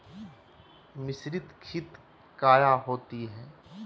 मिसरीत खित काया होती है?